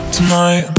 Tonight